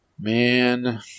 Man